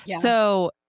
So-